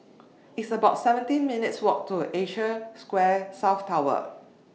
It's about seventeen minutes' Walk to Asia Square South Tower